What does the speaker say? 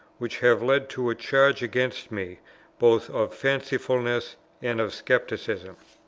which have led to a charge against me both of fancifulness and of scepticism.